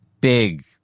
big